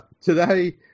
today